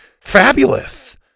Fabulous